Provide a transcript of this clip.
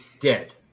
dead